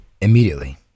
immediately